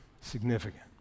significant